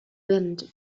wind